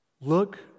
Look